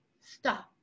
stop